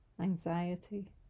anxiety